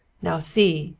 now see!